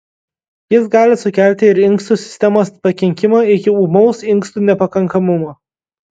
jis gali sukelti ir inkstų sistemos pakenkimą iki ūmaus inkstų nepakankamumo